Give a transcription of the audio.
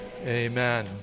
amen